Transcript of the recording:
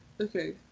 Okay